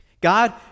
God